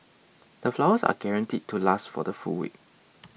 the flowers are guaranteed to last for the full week